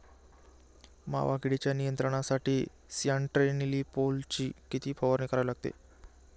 मावा किडीच्या नियंत्रणासाठी स्यान्ट्रेनिलीप्रोलची किती फवारणी करावी लागेल?